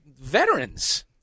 veterans-